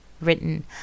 written